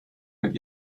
mit